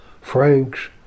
Franks